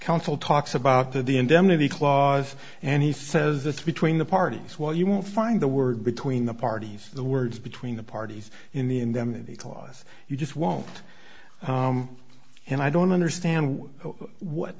counsel talks about the the indemnity clause and he says it's between the parties well you won't find the word between the parties the words between the parties in the in them in the clause you just won't and i don't understand what